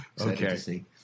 Okay